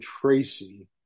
Tracy